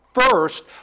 first